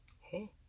Hey